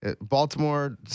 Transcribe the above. Baltimore